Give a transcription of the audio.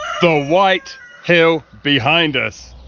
the white hill behind us.